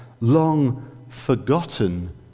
long-forgotten